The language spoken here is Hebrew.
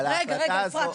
רגע, אפרת.